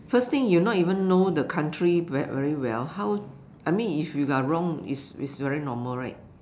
first thing you not even know the country very very well how I mean if you are wrong it's very normal right